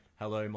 hello